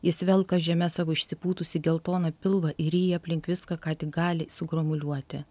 jis velka žeme savo išsipūtusį geltoną pilvą ir ryja aplink viską ką tik gali sugromuliuoti